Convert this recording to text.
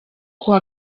kuwa